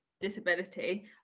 disability